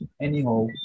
Anyhow